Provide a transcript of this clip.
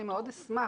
אני מאוד אשמח.